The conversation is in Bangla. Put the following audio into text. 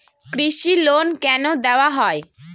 কৃষি লোন কেন দেওয়া হয়?